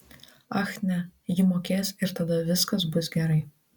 ach ne ji mokės ir tada viskas bus gerai